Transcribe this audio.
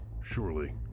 surely